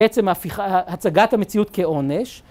‫בעצם הצגת המציאות כעונש.